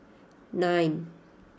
nine